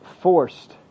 forced